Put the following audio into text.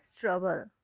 trouble